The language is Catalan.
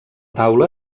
taula